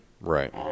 Right